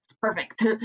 perfect